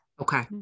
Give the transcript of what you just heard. Okay